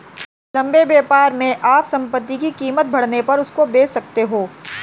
लंबे व्यापार में आप संपत्ति की कीमत बढ़ने पर उसको बेच सकते हो